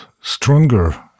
stronger